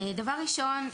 דבר ראשון,